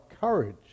courage